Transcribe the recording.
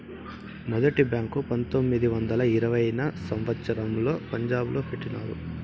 మొదటి బ్యాంకు పంతొమ్మిది వందల ఇరవైయవ సంవచ్చరంలో పంజాబ్ లో పెట్టినారు